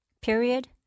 period